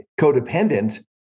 codependent